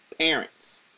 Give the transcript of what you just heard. parents